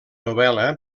novel·la